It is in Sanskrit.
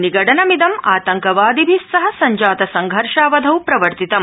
निगडनमिदं आतंकवादिभिस्सह संजात संघर्षावधौ प्रवर्तिततम्